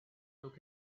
took